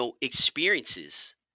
experiences